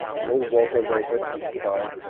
ah no water vapor in the sky,